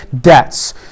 debts